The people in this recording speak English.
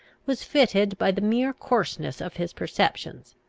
was fitted, by the mere coarseness of his perceptions,